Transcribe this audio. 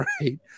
Right